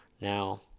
Now